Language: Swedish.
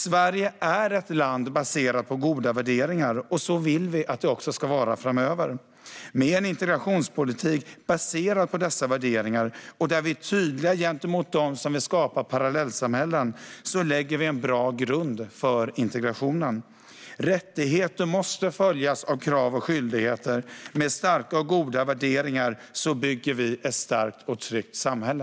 Sverige är ett land baserat på goda värderingar, och så vill vi att det också ska vara framöver. Med en integrationspolitik baserad på dessa värderingar och där vi är tydliga gentemot dem som vill skapa parallellsamhällen lägger vi en bra grund för integrationen. Rättigheter måste följas av krav och skyldigheter. Med starka och goda värderingar bygger vi ett starkt och tryggt samhälle.